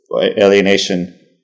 alienation